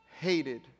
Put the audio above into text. Hated